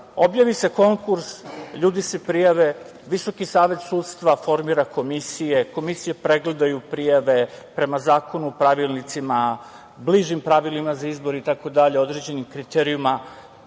Objavi se konkurs, ljudi se prijave, Visoki savet sudstva formira komisije, komisije pregledaju prijave, prema zakonu, pravilnicima, bližim pravilima za izbor, određenim kriterijumima,